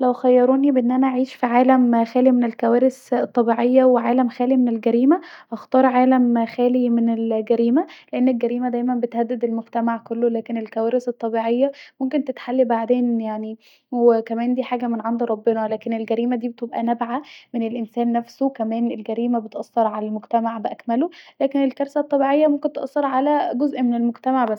لو خيروني بين أن انا اعيش في عالم خالي من الكوارث الطبيعيه وعالم خالي من الجريمه هختار عالم خالي من الجريمه لأن الجريمه دايما بتهدد المجتمع كله لاكن للكوارث الطبيعه ممكن تتحل بعدين يعني وكمان ديه حاجه من عند ربنا لاكن الجريمه ديه بتبقي نابعه من الإنسان نفسه وكمان الجريمه بتأثر علي المجتمع بأكمله لأن الكوارث الطبيعية بتأثر علي جزء من المجتمع بس